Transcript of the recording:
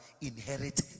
Inherit